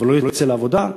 ולא יצא לעבודה,